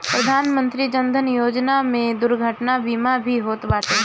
प्रधानमंत्री जन धन योजना में दुर्घटना बीमा भी होत बाटे